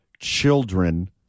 children